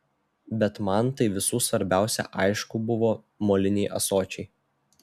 bet man tai visų svarbiausia aišku buvo moliniai ąsočiai